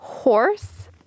horse